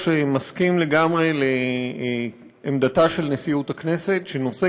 מסכים לגמרי עם עמדתה של נשיאות הכנסת שנושא